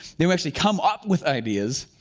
then we actually come up with ideas,